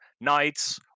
knights